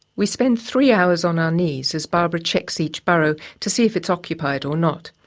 we spend three hours on our knees as barbara checks each burrow to see if it's occupied or not.